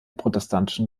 protestantischen